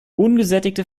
ungesättigte